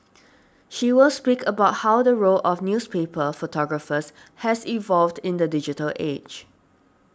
she will speak about how the role of newspaper photographers has evolved in the digital age